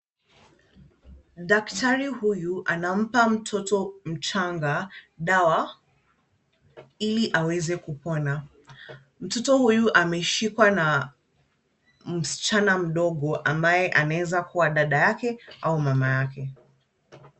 Daktari huyu anampa mtoto mchanga dawa ili aweze kupona. Mtoto huyu ameshikwa na msichana mdogo ambaye anaweza kuwa dada yake au mama yake.